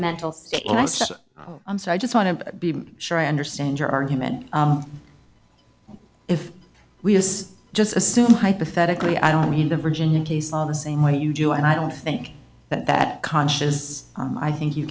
mental state and i said oh i'm so i just want to be sure i understand your argument if we just assume hypothetically i don't mean the virginia case on the same way you do and i don't think that that conscious i think you